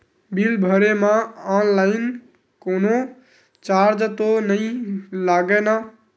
Bill भरे मा online कोनो चार्ज तो नई लागे ना?